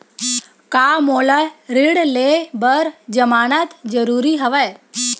का मोला ऋण ले बर जमानत जरूरी हवय?